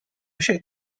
się